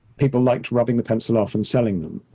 people liked rubbing the pencil off, and selling them,